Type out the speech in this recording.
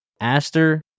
Aster